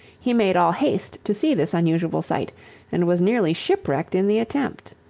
he made all haste to see this unusual sight and was nearly ship-wrecked in the attempt.